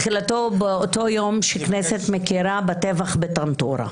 באותו יום שהכנסת מכירה בטבח בטנטורה".